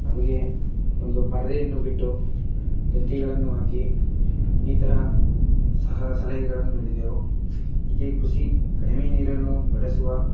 ಅದಕ್ಕೆ ಒಂದು ಪರದೆಯನ್ನು ಬಿಟ್ಟು ತಂತಿಗಳನ್ನು ಹಾಕಿ ಈ ತರಹ ಸಹ ಸಲಹೆಗಳನ್ನು ನೀಡಿದೆವು ಹೀಗೆ ಕೃಷಿ ಕಡಿಮೆ ನೀರನ್ನು ಬಳಸುವ